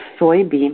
soybean